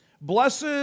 blessed